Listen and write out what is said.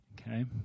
Okay